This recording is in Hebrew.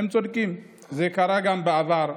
הם צודקים, זה קרה גם בעבר.